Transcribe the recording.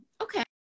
okay